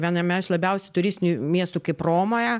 viename iš labiausiai turistinių miestų kaip romoje